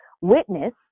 witness